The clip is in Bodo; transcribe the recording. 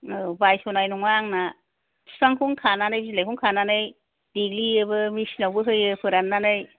औ बायस'नाय नङा आंना बिफांखौनो खानानै बिलाइखौनो खानानै देग्लियोबो मेसिन आवबो होयो फोराननानै